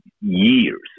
years